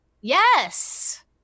Yes